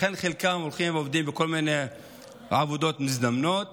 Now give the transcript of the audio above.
לכן חלקם הולכים ועובדים בכל מיני עבודות מזדמנות